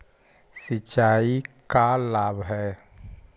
सिंचाई का लाभ है?